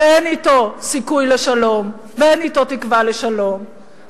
שאין אתו סיכוי לשלום ואין אתו תקווה לשלום,